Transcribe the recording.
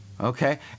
Okay